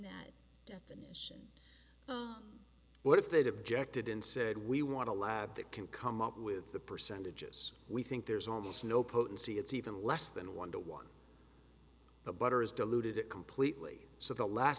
that definition what if they'd objected and said we want a lab that can come up with the percentages we think there's almost no potency it's even less than one to one but better is deluded it completely so the last